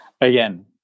again